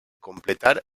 completar